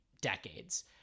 decades